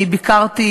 ביקרתי